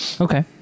okay